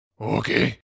Okay